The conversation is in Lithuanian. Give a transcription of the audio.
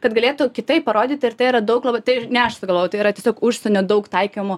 kad galėtų kitaip parodyti ir tai yra daug labai tai ne aš sugalvojau tai yra tiesiog užsienio daug taikymų